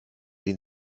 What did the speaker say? ihn